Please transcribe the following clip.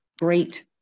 great